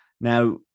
Now